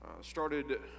started